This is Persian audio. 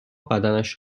بدنش